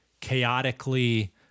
chaotically